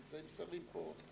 נמצאים שרים פה.